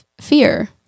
fear